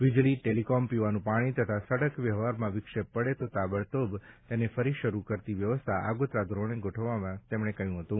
વીજળી ટેલીકોમ પીવાનું પાણી તથા સડક વ્યવહારમાં વિક્ષેપ પડે તો તાબડતોબ તેને ફરી શરૂ કરતી વ્યવસ્થા આગોતરા ધોરણે ગોઠવવા તેમણે કહ્યું હતું